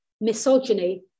misogyny